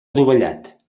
adovellat